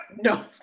no